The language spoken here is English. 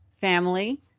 family